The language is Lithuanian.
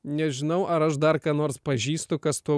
nežinau ar aš dar ką nors pažįstu kas tuo